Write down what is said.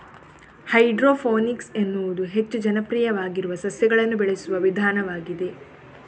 hydroponics ಎನ್ನುವುದು ಹೆಚ್ಚು ಜನಪ್ರಿಯವಾಗಿರುವ ಸಸ್ಯಗಳನ್ನು ಬೆಳೆಸುವ ವಿಧಾನವಾಗಿದೆ